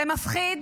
זה מפחיד